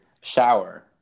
shower